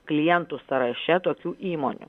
klientų sąraše tokių įmonių